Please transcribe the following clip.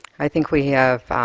i think we have,